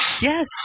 Yes